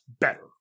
better